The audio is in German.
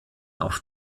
auf